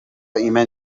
ایمن